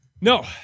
No